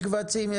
יש קבצים,